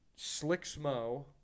Slicksmo